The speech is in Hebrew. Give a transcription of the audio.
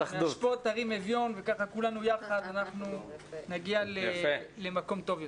"מאשפת ירים אביון" וכך כולנו ביחד נגיע למקום טוב יותר.